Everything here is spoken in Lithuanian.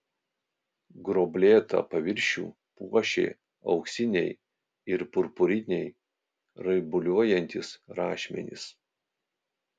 gruoblėtą paviršių puošė auksiniai ir purpuriniai raibuliuojantys rašmenys